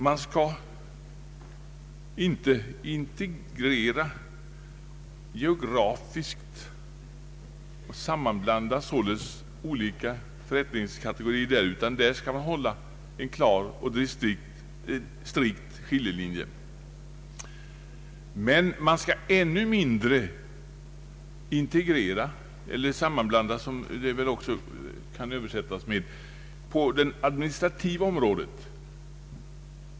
Man skall inte geografiskt sammanblanda olika förrättningskategorier utan hålla en klar skiljelinje. Men man bör ännu mindre göra sådana hopkopplingar på det administrativa området.